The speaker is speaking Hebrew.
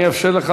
אני אאפשר לך,